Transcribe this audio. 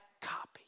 copy